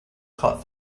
caught